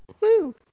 Woo